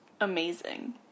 Amazing